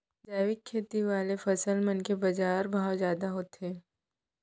जैविक खेती वाले फसल मन के बाजार भाव जादा होथे